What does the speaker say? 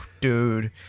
dude